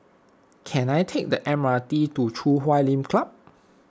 can I take the M R T to Chui Huay Lim Club